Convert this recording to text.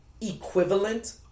equivalent